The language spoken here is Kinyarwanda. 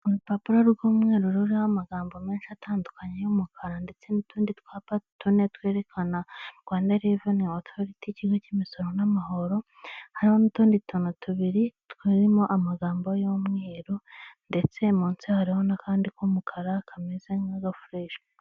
Urupapuro rw'umweru ruriho amagambo menshi atandukanye y'umukara ndetse n'utundi twapa tune twerekana rwanda reveni otoriti ikigo cy'imisoro n'amahoro, hariho n'utundi tuntu tubiri turimo amagambo y'umweru, ndetse munsi hariho n'akandi k'umukara kameze nk'agafureshe.